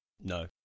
No